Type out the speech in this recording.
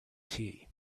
tea